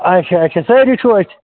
آچھا آچھا سٲری چھُو أتھۍ